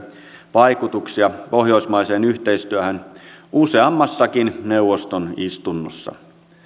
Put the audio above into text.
vaikutuksia pohjoismaiseen yhteistyöhön useammassakin neuvoston istunnossa